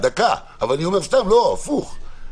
הפוך.